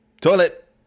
toilet